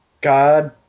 God